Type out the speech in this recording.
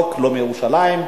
לא רחוק בירושלים,